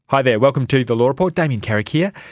hi there, welcome to the law report, damien carrick here.